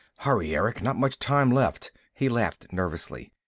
hurry, erick! not much time left. he laughed nervously.